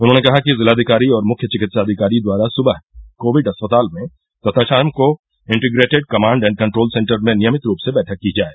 उन्होंने कहा कि जिलाधिकारी और मुख्य चिकित्साधिकारी द्वारा सुबह कोविड अस्पताल में तथा शाम को integrated command and control centre में नियमित रूप से बैठक की जाय